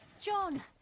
John